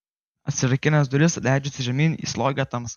atsirakinęs duris leidžiuosi žemyn į slogią tamsą